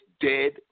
dead